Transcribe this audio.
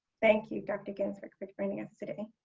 thank you, dr. ginsberg for joining us today.